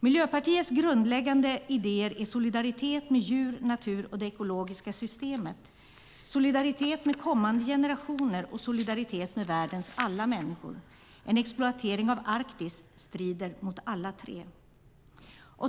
Miljöpartiets grundläggande idéer är solidaritet med djur, natur och det ekologiska systemet, solidaritet med kommande generationer och solidaritet med världens alla människor. En exploatering av Arktis strider mot alla tre.